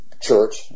church